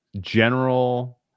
general